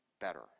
better